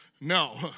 No